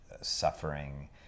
suffering